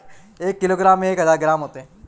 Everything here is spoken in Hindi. एक किलोग्राम में एक हज़ार ग्राम होते हैं